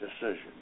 decision